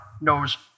knows